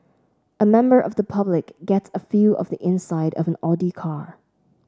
a member of the public gets a feel of the inside of an Audi car